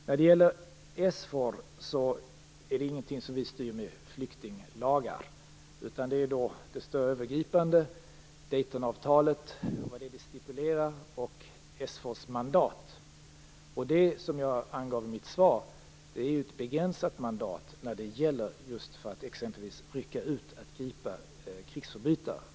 När det gäller SFOR är det ingenting som vi styr med flyktinglagar, utan där handlar det om det stora, övergripande Daytonavtalet och vad det stipulerar samt SFOR:s mandat. Och det är ju, såsom jag angav i mitt svar, ett begränsat mandat när det gäller just att t.ex. rycka ut och gripa krigsförbrytare.